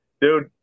Dude